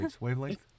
wavelength